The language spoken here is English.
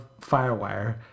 FireWire